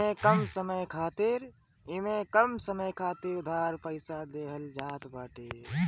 इमे कम समय खातिर उधार पईसा देहल जात बाटे